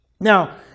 Now